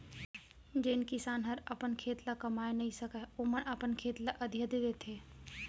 जेन किसान हर अपन खेत ल कमाए नइ सकय ओमन अपन खेत ल अधिया दे देथे